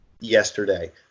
yesterday